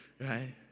right